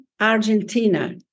Argentina